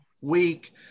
week